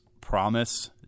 promise